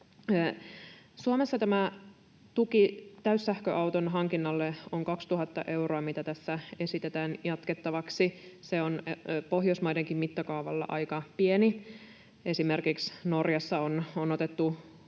Suomessa tämä tuki täyssähköauton hankinnalle on 2 000 euroa, ja sitä tässä esitetään jatkettavaksi. Se on Pohjoismaidenkin mittakaavalla aika pieni. Esimerkiksi Norjassa on otettu